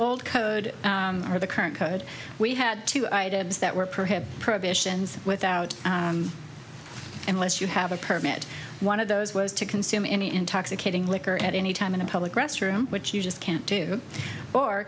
old code or the current code we had two items that were perhaps prohibitions without unless you have a permit one of those was to consume any intoxicating liquor at any time in a public restroom which you just can't do or